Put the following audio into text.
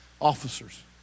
officers